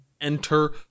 enter